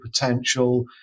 potential